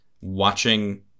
watching